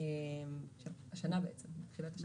הזאת.